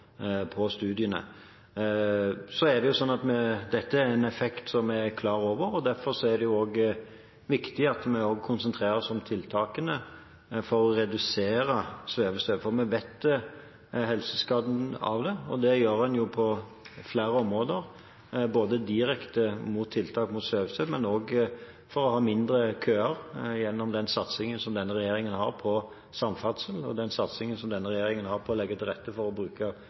studiene. Dette er en effekt som er vi er klar over, og derfor er det viktig at vi konsentrerer oss om tiltak for å redusere svevestøv, for vi vet om helseskadene av det. Vi gjennomfører tiltak på flere områder, både direkte med tiltak mot svevestøv og tiltak for å få mindre køer, gjennom denne satsingen som denne regjeringen har på samferdsel, og den satsingen denne regjeringen har for å legge til rette for bruk av sykkel og kollektivtransport. Så er det sunt å